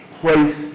place